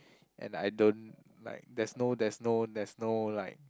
and I don't like there's no there's no there's no like